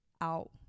out